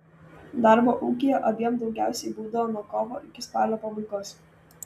darbo ūkyje abiem daugiausiai būdavo nuo kovo iki spalio pabaigos